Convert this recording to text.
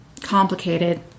complicated